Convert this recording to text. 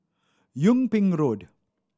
Yung Ping Road